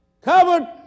Covered